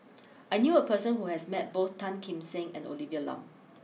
I knew a person who has met both Tan Kim Seng and Olivia Lum